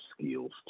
skills